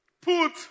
Put